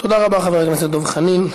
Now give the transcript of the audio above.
תודה רבה, חבר הכנסת דב חנין.